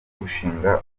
gushinga